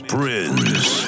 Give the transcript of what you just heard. Prince